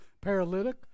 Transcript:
paralytic